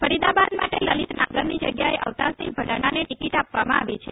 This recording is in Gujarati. ફરીદાબાદ માટે લલિત નાગરની જગ્યાએ અવતારસિંહ ભડાનાને ટીકીટ આપવામાં આવી છે